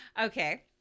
Okay